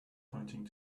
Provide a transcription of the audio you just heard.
pointing